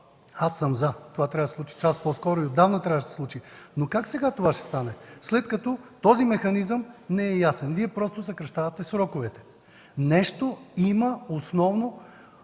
Аз съм „за”! Това трябва да се случи час по-скоро. Отдавна трябваше да се случи. Но как сега ще стане това, след като този механизъм не е ясен? Вие просто съкращавате сроковете. Има нещо основно